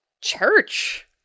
church